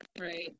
Right